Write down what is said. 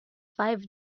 five